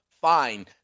fine